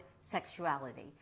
sexuality